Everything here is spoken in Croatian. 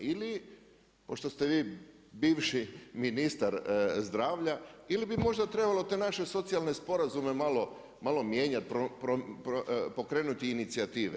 Ili pošto ste vi bivši ministar zdravlja ili bi možda trebalo te naše socijalne sporazume malo mijenjati, pokrenuti inicijative.